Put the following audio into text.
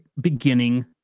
beginning